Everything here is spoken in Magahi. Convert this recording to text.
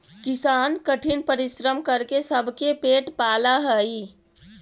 किसान कठिन परिश्रम करके सबके पेट पालऽ हइ